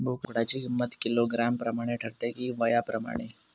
बोकडाची किंमत किलोग्रॅम प्रमाणे ठरते कि वयाप्रमाणे?